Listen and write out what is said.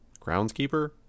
Groundskeeper